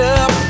up